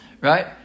Right